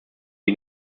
die